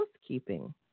housekeeping